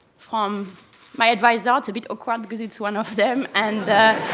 from my advisor it's a bit awkward, because it's one of them. and